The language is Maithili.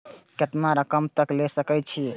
केतना रकम तक ले सके छै?